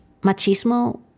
machismo